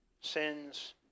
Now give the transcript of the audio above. sins